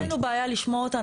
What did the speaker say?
אין לנו בעיה לשמוע אותה.